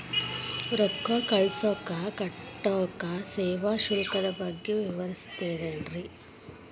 ರೊಕ್ಕ ಕಳಸಾಕ್ ಕಟ್ಟೋ ಸೇವಾ ಶುಲ್ಕದ ಬಗ್ಗೆ ವಿವರಿಸ್ತಿರೇನ್ರಿ?